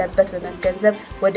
that better than what